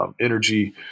energy